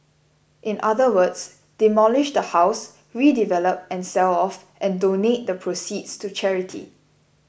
in other words demolish the house redevelop and sell off and donate the proceeds to charity